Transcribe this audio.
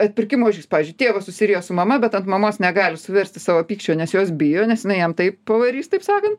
atpirkimo ožys pavyzdžiui tėvas susiriejo su mama bet ant mamos negali suversti savo pykčio nes jos bijo nes jinai jam taip pavarys taip sakant